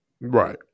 Right